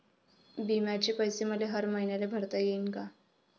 बिम्याचे पैसे मले हर मईन्याले भरता येईन का?